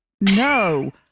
No